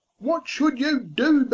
what should you doe,